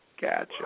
Gotcha